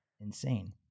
Insane